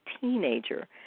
teenager